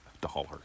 Dollar